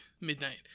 midnight